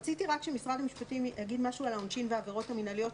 רציתי רק שמשרד המשפטים יגיד משהו על העונשין והעבירות המנהליות,